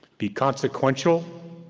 be consequential,